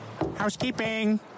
Housekeeping